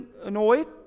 annoyed